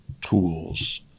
tools